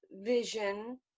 vision